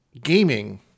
gaming